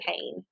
pain